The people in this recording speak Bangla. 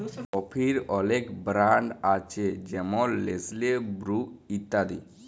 কফির অলেক ব্র্যাল্ড আছে যেমল লেসলে, বুরু ইত্যাদি